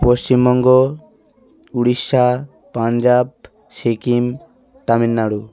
Paschimbanga Orissa Punjab Sikkim Tamil Nadu